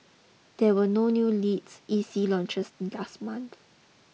there were no new lilts E C launches last month